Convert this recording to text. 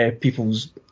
people's